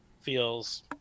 feels